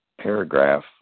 paragraph